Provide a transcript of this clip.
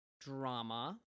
drama